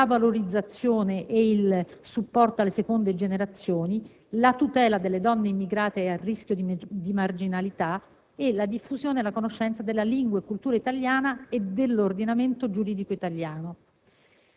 la valorizzazione e il supporto alle seconde generazioni, la tutela delle donne immigrate a rischio di marginalità e la diffusione della conoscenza della lingua e cultura italiana e dell'ordinamento giuridico italiano.